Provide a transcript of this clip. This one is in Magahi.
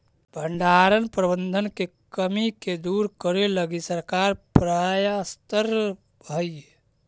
भण्डारण प्रबंधन के कमी के दूर करे लगी सरकार प्रयासतर हइ